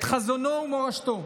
את חזונו ומורשתו,